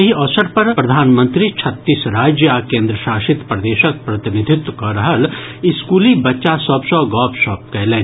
एहि अवसर पर प्रधानमंत्री छत्तीस राज्य आ केंद्रशासित प्रदेशक प्रतिनिधित्व कऽ रहल स्कूली बच्चा सभ सँ गपशप कयलनि